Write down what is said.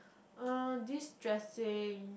uh this dressing